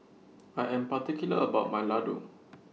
I Am particular about My Ladoo